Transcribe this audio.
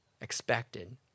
expected